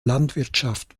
landwirtschaft